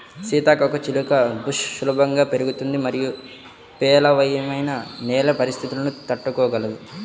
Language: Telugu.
సీతాకోకచిలుక బుష్ సులభంగా పెరుగుతుంది మరియు పేలవమైన నేల పరిస్థితులను తట్టుకోగలదు